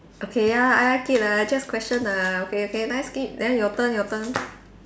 okay ya I like it lah just question ah okay okay 来 skip then your turn your turn